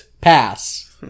pass